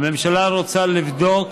הממשלה רוצה לבדוק